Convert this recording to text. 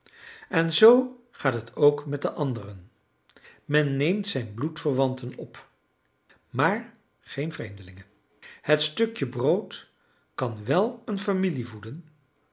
en zoo gaat het ook met de anderen men neemt zijn bloedverwanten op maar geen vreemdelingen het stukje brood kan wel een familie voeden